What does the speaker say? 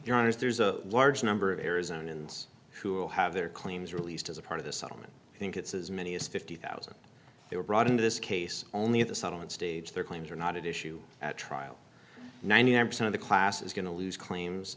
your honour's there's a large number of arizona ins who will have their claims released as a part of the settlement i think it's as many as fifty thousand they were brought into this case only at the settlement stage their claims are not at issue at trial ninety nine percent of the class is going to lose claims